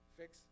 fix